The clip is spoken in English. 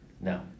No